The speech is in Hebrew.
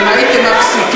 ככה אתה מחנך.